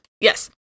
Yes